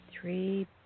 Three